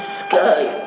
sky